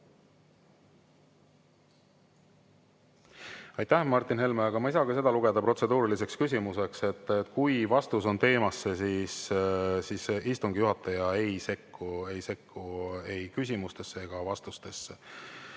Aitäh, Martin Helme! Aga ma ei saa ka seda lugeda protseduuriliseks küsimuseks. Kui vastus on teemasse, siis istungi juhataja ei sekku ei küsimustesse ega vastustesse. Mart